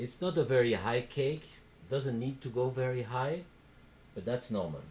it's not a very high cake doesn't need to go very high but that's no